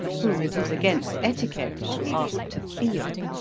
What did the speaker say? whom it is against etiquette to ask to feel,